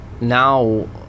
now